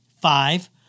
Five